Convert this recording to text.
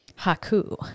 Haku